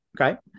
Okay